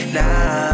now